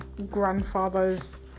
Grandfather's